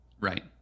Right